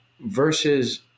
versus